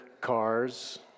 cars